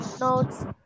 notes